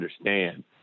understand